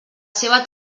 seva